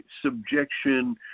subjection